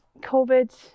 COVID